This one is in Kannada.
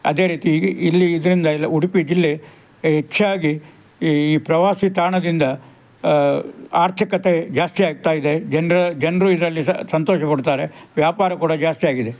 ಅದೇ ರೀತಿ ಇಲ್ಲಿ ಇದರಿಂದೆಲ್ಲ ಉಡುಪಿ ಜಿಲ್ಲೆ ಹೆಚ್ಚಾಗಿ ಈ ಪ್ರವಾಸಿ ತಾಣದಿಂದ ಆರ್ಥಿಕತೆ ಜಾಸ್ತಿಯಾಗ್ತಾ ಇದೆ ಜನರ ಜನರು ಇದರಲ್ಲಿ ಸಂತೋಷಪಡ್ತಾರೆ ವ್ಯಾಪಾರ ಕೂಡ ಜಾಸ್ತಿಯಾಗಿದೆ